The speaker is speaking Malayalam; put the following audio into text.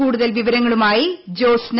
കൂടുതൽ വിവരങ്ങളുമായി ജോസ്ന